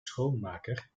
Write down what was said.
schoonmaker